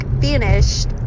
finished